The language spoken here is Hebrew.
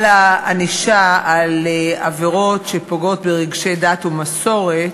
הענישה על עבירות שפוגעות ברגשי דת ומסורת,